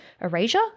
erasure